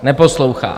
Neposlouchá!